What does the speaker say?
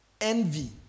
envy